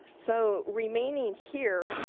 so remaining here